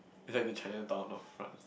is like the Chinatown of friends